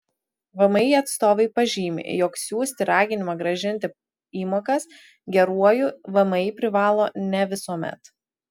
vmi atstovai pažymi jog siųsti raginimą grąžinti įmokas geruoju vmi privalo ne visuomet